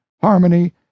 harmony